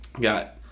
Got